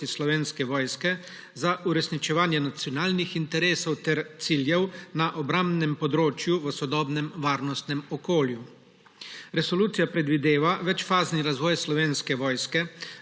Slovenske vojske za uresničevanje nacionalnih interesov ter ciljev na obrambnem področju v sodobnem varnostnem okolju. Resolucija predvideva večfazni razvoj Slovenske vojske